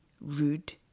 rude